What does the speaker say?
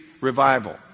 Revival